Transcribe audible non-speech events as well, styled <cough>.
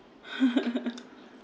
<laughs>